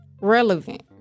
Relevant